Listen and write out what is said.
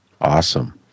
Awesome